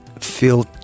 feel